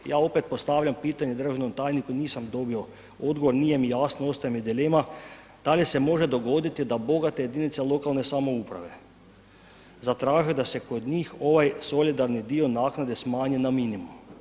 Ja opet postavljam pitanje državnom tajniku, nisam dobio odgovor, nije mi jasno, ostaje mi dilema, da li se može dogoditi da bogate jedinice lokalne samouprave zatraže da se kod njih ovaj solidarni dio naknade smanji na minimum?